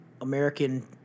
American